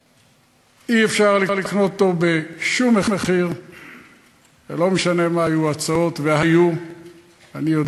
רחבעם זאבי ייזכר כמי שלחם כל חייו בנחישות ובאומץ ונפל חלל